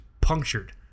punctured